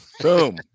Boom